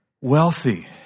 wealthy